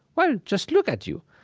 well, just look at you.